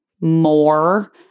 more